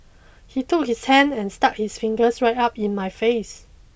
he took his hand and stuck his fingers right up in my face